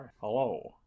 Hello